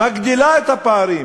מגדילה את הפערים,